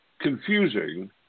confusing